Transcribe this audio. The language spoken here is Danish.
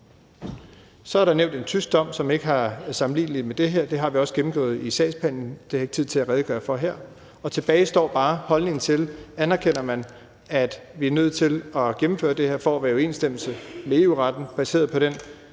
Så er der blevet nævnt en tysk dom, som ikke er sammenlignelig med det her. Det har vi jo også gennemgået i sagsbehandlingen, og det har jeg ikke tid til at redegøre for her. Tilbage står bare, om man anerkender, at vi er nødt til at gennemføre det her for at være i overensstemmelse med EU-retten, baseret på den